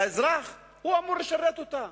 והאזרח, הוא אמור לשרת אותה.